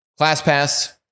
ClassPass